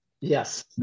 Yes